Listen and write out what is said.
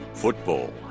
Football